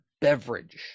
beverage